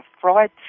fraud